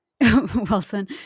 wilson